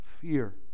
fear